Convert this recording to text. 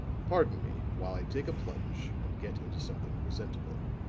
pardon me while i take a plunge and get into something presentable.